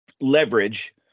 leverage